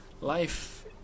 life